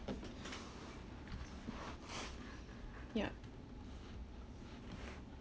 ya